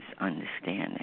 understanding